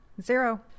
Zero